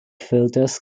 filters